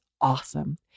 awesome